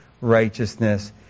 righteousness